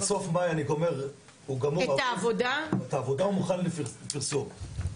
בסוף מאי אני גומר את העבודה ומוכן לפרסום,